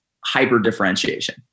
hyper-differentiation